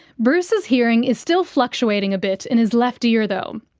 bruce's hearing is still fluctuating a bit in his left ear though.